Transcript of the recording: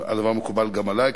הדבר מקובל גם עלי,